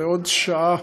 בעוד שעה,